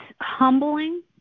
humbling